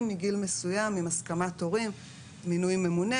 מגיל מסוים עם הסכמת הורים ומינוי ממונה.